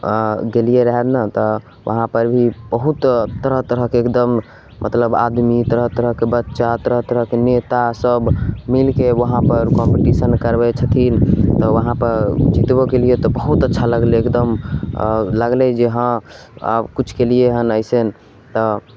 अऽ गेलियै रहय ने तऽ उहाँपर भी बहुत तरह तरहके एकदम मतलब आदमी तरह तरहके बच्चा तरह तरहके नेता सभ मिलके उहाँपर कम्पटिशन करबय छथिन तऽ उहाँपर जितबो कयलियै तऽ बहुत अच्छा लगलय एकदम अऽ लगलय जे हँ आब किछु कयलियै हन अइसन तऽ